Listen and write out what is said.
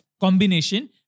combination